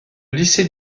lycée